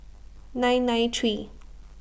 nine nine three